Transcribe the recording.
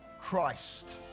Christ